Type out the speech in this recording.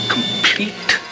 Complete